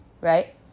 right